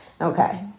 Okay